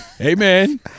amen